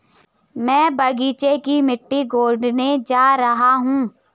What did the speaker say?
मैं बगीचे की मिट्टी कोडने जा रहा हूं